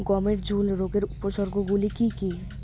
গমের ঝুল রোগের উপসর্গগুলি কী কী?